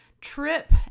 trip